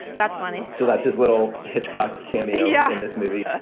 that's funny so that's his little hitchcock cameo yeah in this movie. ah